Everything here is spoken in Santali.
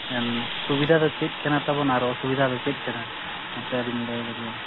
ᱥᱩᱵᱤᱫ ᱫᱚ ᱪᱮᱫ ᱠᱟᱱᱟ ᱛᱟᱵᱚᱱ ᱟᱨ ᱚᱥᱩᱵᱤᱫᱟ ᱫᱚ ᱪᱮᱫ ᱠᱟᱱᱟ ᱢᱟᱥᱮ ᱟᱹᱵᱤᱱ ᱞᱟᱹᱭ ᱜᱚᱫᱵᱤᱱ